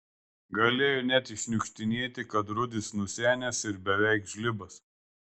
galėjo net iššniukštinėti kad rudis nusenęs ir beveik žlibas